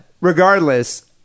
regardless